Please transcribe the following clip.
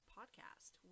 Podcast